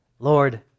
Lord